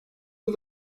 yıl